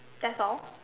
that's all